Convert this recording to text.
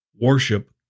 worship